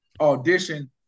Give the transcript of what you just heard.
audition